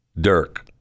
Dirk